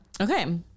okay